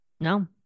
No